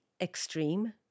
extreme